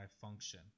function